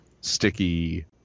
sticky